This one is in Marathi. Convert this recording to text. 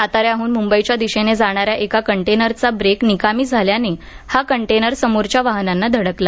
साताऱ्याहून मुंबईच्या दिशेने जाणाऱ्या एका कंटेनरचा ब्रेक निकामी झाल्याने हा कंटेनर समोरच्या वाहनांना धडकला